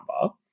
number